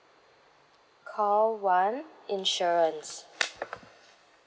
call one insurance